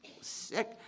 sick